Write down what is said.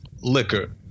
liquor